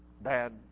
bad